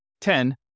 Ten